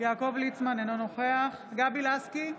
יעקב ליצמן, אינו נוכח גבי לסקי,